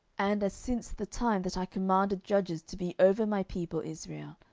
and as since the time that i commanded judges to be over my people israel,